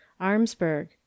Armsburg